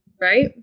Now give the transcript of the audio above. Right